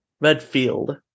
Redfield